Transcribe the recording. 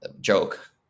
joke